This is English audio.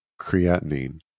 creatinine